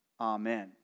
Amen